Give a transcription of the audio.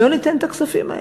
לא ניתן את הכספים האלה.